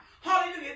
Hallelujah